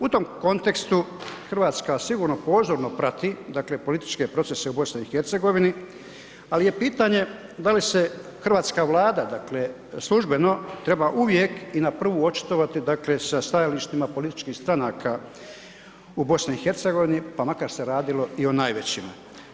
U tom kontekstu, Hrvatska sigurno pozorno prati političke procese u BiH-u ali je pitanje da li se hrvatska Vlada dakle službeno treba uvijek i na prvu očitovati sa stajalištima političkih stranaka u BiH-u pa makar se radilo i o najvećima.